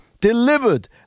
delivered